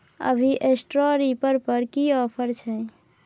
अभी straw reaper पर की ऑफर छै?